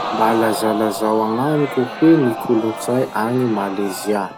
Mba lazalazao agnamiko hoe ny kolotsay agny Malezia?